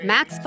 Max